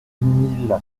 mille